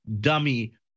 dummy